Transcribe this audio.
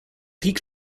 peak